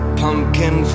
pumpkin